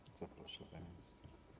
Bardzo proszę, pani minister.